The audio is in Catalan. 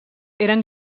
eren